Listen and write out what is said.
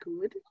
good